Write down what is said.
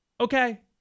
Okay